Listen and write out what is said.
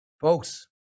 Folks